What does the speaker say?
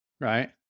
Right